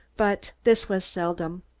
but this was seldom.